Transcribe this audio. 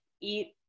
eat